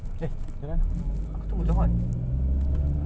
eh ya apa tu motor buat